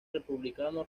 republicano